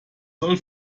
soll